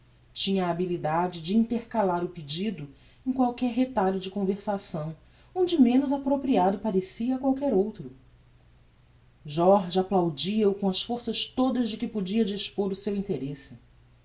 tinha a habilidade de intercalar o pedido em qualquer retalho de conversação onde menos apropriado pareceria a qualquer outro jorge applaudia o com as forças todas de que podia dispor o seu interesse